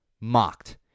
mocked